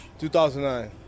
2009